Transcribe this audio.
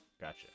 gotcha